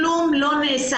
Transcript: כלום לא נעשה.